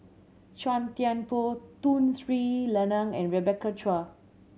Chua Thian Poh Tun Sri Lanang and Rebecca Chua